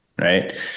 right